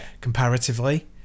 comparatively